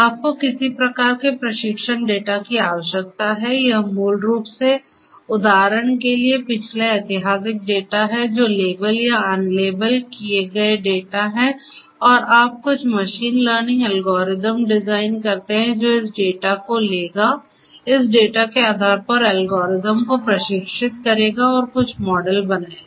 आपको किसी प्रकार के प्रशिक्षण डेटा की आवश्यकता है यह मूल रूप से उदाहरण के लिए पिछले ऐतिहासिक डेटा है जो लेबल या अनलेबल किए गए डेटा हैं और आप कुछ मशीन लर्निंग एल्गोरिदम डिज़ाइन करते हैं जो इस डेटा को लेगा इस डेटा के आधार पर एल्गोरिदम को प्रशिक्षित करेगा और कुछ मॉडल बनाएगा